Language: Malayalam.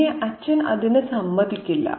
പിന്നെ അച്ഛൻ അതിന് സമ്മതിക്കില്ല